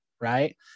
right